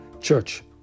church